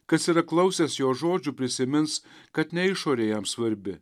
kas yra klausęs jo žodžių prisimins kad ne išorė jam svarbi